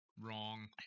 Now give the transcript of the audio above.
wrong